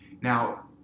Now